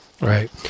Right